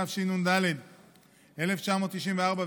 התשנ"ד 1994,